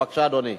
בבקשה, אדוני.